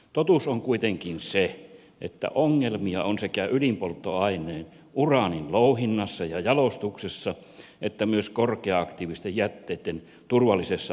totuus on kuitenkin se että ongelmia on sekä ydinpolttoaineen uraanin louhinnassa ja jalostuksessa että myös korkea aktiivisten jätteitten turvallisessa loppusijoituksessa